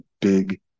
big